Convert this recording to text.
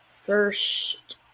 first